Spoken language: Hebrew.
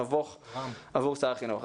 נבוך עבור שר החינוך.